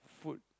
food